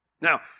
Now